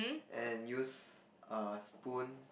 and use a spoon